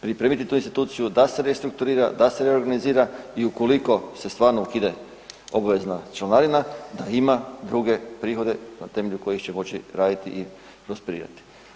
Pripremiti tu instituciju da se restrukturira, da se reorganizira i ukoliko se stvarno ukine obvezna članarina, da ima druge prigode na temelju koji će moći raditi i prosperirati.